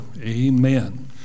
Amen